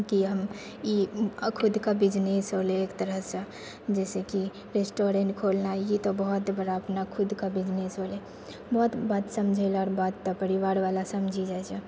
की हम ई खुदके बिजनेस होलै एकतरहसँ जैसेकि रेस्टोरेन्ट खोलनाइ ई तऽ बहुत बड़ा अपना खुदके बिजनेस होलै बहुत बात समझेलाके बाद तब परिवारवला समझि जाइ छै